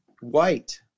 white